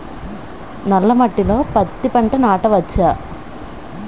నల్ల మట్టిలో పత్తి పంట నాటచ్చా?